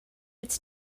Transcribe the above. its